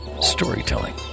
storytelling